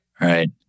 Right